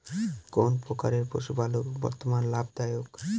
কোন প্রকার পশুপালন বর্তমান লাভ দায়ক?